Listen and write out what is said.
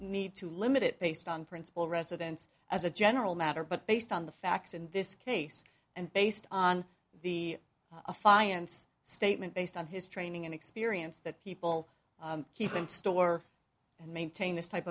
need to limit it based on principle residence as a general matter but based on the facts in this case and based on the a finance statement based on his training and experience that people keep and store and maintain this type